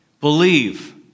believe